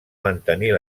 mantenir